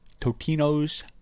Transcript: Totino's